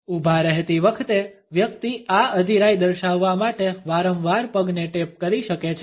ઊભા રહેતી વખતે વ્યક્તિ આ અધીરાઈ દર્શાવવા માટે વારંવાર પગને ટેપ કરી શકે છે